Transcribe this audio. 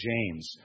James